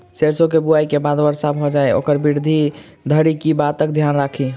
सैरसो केँ बुआई केँ बाद वर्षा भऽ जाय तऽ ओकर वृद्धि धरि की बातक ध्यान राखि?